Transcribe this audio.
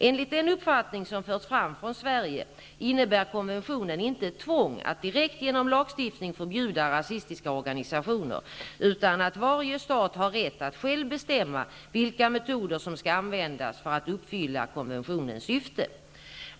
Enligt den uppfattning som förts fram från Sverige innebär konventionen inte ett tvång att direkt genom lagstiftning förbjuda rasistiska organisationer, utan att varje stat har rätt att själv bestämma vilka metoder som skall användas för att uppfylla konventionens syfte.